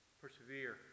persevere